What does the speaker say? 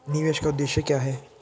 निवेश का उद्देश्य क्या है?